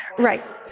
right.